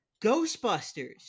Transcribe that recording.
Ghostbusters